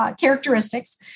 characteristics